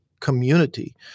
community